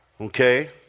okay